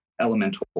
elemental